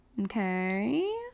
Okay